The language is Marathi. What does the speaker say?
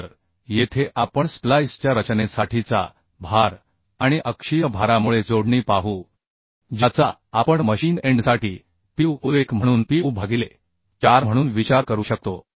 तर येथे आपण स्प्लाइसच्या रचनेसाठीचा भार आणि अक्षीय भारामुळे जोडणी पाहू ज्याचा आपण मशीन एंडसाठी Pu 1 म्हणून Pu भागिले 4 म्हणून विचार करू शकतो